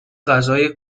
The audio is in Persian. غذای